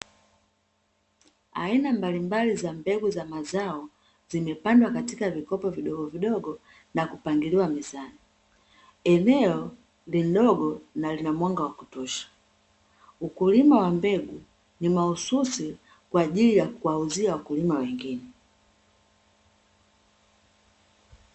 Aina mbalimbali za mbegu za mazao zimepandwa katika vikopo vidogo vidogo na kupangiliwa mezani, eneo ni dogo na lina mwanga wa kutosha, ukulima wa mbegu ni mahususi kwaajili ya kuwauzia wakulima wengine.